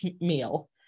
meal